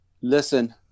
listen